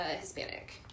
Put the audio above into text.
Hispanic